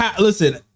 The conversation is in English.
Listen